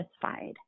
satisfied